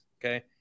okay